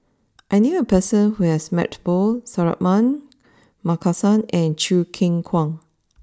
I knew a person who has met both Suratman Markasan and Choo Keng Kwang